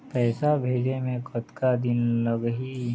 पैसा भेजे मे कतका दिन लगही?